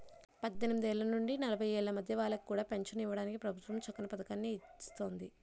పద్దెనిమిదేళ్ల నుండి నలభై ఏళ్ల మధ్య వాళ్ళకి కూడా పెంచను ఇవ్వడానికి ప్రభుత్వం చక్కని పదకాన్ని ఇస్తోంది